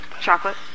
chocolate